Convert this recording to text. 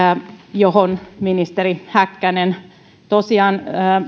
johon ministeri häkkänen tosiaan